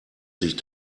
sich